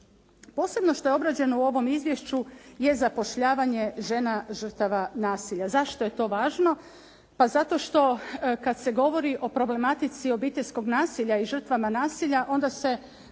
Posebno što je obrađeno u ovom izvješću je zapošljavanje žena žrtava nasilja. Zašto je to važno? Pa zato što kad se govori o problematici obiteljskog nasilja i žrtvama nasilja, onda